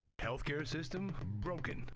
healthcare system, broken.